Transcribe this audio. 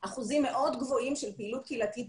אחוזים מאוד גבוהים של פעילות קהילתית.